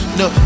no